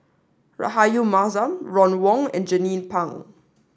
Rahayu Mahzam Ron Wong and Jernnine Pang